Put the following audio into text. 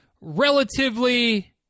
relatively